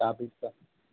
టాపి స